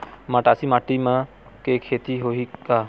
मटासी माटी म के खेती होही का?